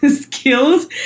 skills